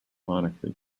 monarchy